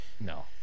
No